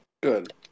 Good